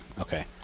Okay